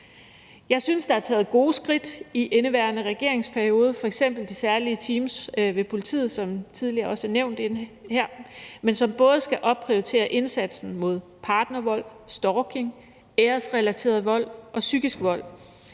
Jeg synes, der er taget gode skridt i indeværende regeringsperiode; f.eks. kan man nævne de særlige teams ved politiet, som også tidligere er blevet nævnt her, som både skal opprioritere indsatsen mod partnervold, stalking, æresrelateret vold og psykisk vold,